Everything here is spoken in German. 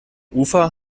ufer